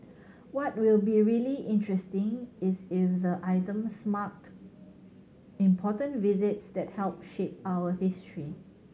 what will be really interesting is if the items marked important visits that helped shape our history